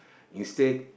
you said